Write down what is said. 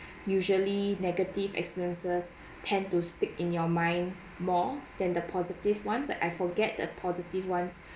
usually negative experiences tend to stick in your mind more than the positive ones I forget the positive ones